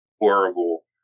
horrible